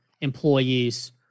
employees